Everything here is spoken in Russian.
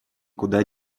куда